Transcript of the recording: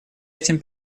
этим